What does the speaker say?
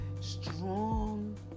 strong